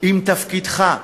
עם תפקידך.